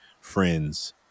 friends